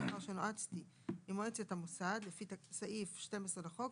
לאחר שנועצתי עם מועצת המוסד לפי סעיף 12 לחוק,